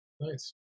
Nice